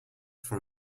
for